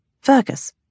Fergus